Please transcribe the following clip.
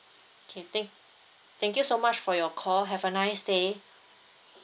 okay thank thank you so much for your call have a nice day